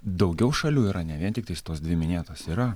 daugiau šalių yra ne vien tiktais tos dvi minėtos yra